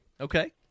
Okay